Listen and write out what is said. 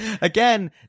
Again